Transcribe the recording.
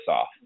off